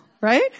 right